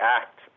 act